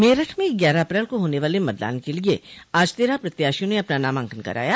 मेरठ में ग्यारह अप्रैल को होने वाले मतदान के लिए आज तेरह प्रत्याशियों ने अपना नामांकन कराया